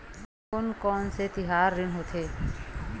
कोन कौन से तिहार ऋण होथे?